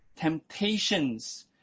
temptations